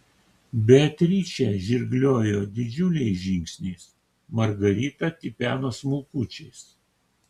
beatričė žirgliojo didžiuliais žingsniais margarita tipeno smulkučiais